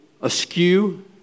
askew